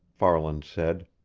farland said.